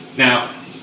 Now